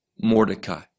Mordecai